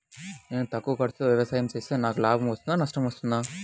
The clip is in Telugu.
నేను తక్కువ ఖర్చుతో వ్యవసాయం చేస్తే నాకు లాభం వస్తుందా నష్టం వస్తుందా?